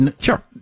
Sure